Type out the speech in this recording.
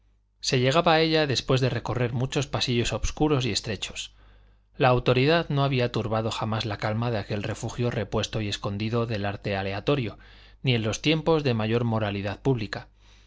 se llegaba a ella después de recorrer muchos pasillos obscuros y estrechos la autoridad no había turbado jamás la calma de aquel refugio repuesto y escondido del arte aleatorio ni en los tiempos de mayor moralidad pública